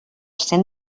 cent